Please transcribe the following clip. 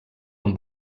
amb